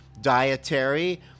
dietary